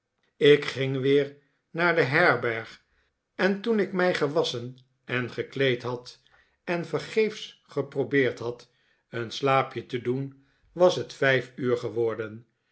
ik ging weer naar de herberg en toen ik mij gewasschen en gekleed had en vergeefs geprobeerd had een slaapje te doen was het vijf uur geworden